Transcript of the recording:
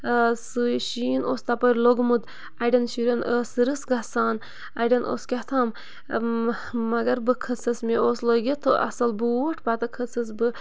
سُے شیٖن اوس تَپٲرۍ لوٚگمُت اَڑٮ۪ن شُرٮ۪ن ٲس رٕس گژھان اَڑٮ۪ن اوس کہتام مگر بہٕ کھٔژٕس مےٚ اوس لٲگِتھ اَصٕل بوٗٹھ پَتہٕ کھٔژٕس بہٕ